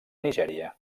nigèria